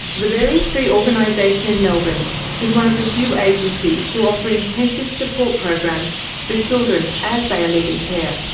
the berry street organisation in melbourne is one of the few agencies to offer intensive support programs for children as they are leaving care.